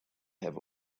have